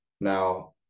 Now